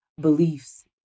beliefs